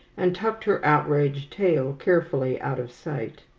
and tucked her outraged tail carefully out of sight.